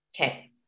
Okay